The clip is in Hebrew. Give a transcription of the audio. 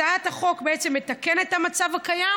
הצעת החוק בעצם מתקנת את המצב הקיים,